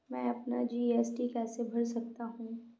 मैं अपना जी.एस.टी कैसे भर सकता हूँ?